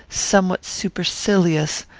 somewhat supercilious,